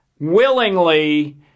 willingly